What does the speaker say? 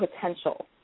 potential